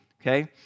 Okay